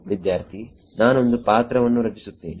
ವಿದ್ಯಾರ್ಥಿನಾನೊಂದು ಪಾತ್ರವನ್ನು ರಚಿಸುತ್ತೇನೆ